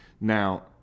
Now